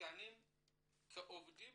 תקנים כעובדים